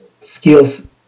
skills